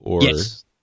yes